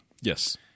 Yes